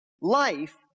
life